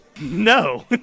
No